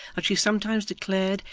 that she sometimes declared,